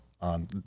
on